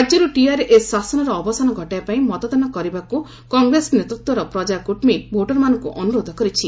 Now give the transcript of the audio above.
ରାଜ୍ୟରୁ ଟିଆର୍ଏସ୍ ଶାସନର ଅବସାନ ଘଟାଇବା ପାଇଁ ମତଦାନ କରିବାକୁ କଂଗ୍ରେସ ନେତୃତ୍ୱର ପ୍ରଜା କୃଟମୀ ଭୋଟରମାନଙ୍କୁ ଅନୁରୋଧ କରିଛି